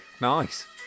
Nice